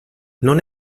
non